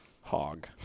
hog